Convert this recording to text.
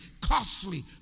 costly